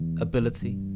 ability